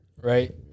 right